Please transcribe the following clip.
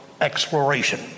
exploration